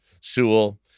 Sewell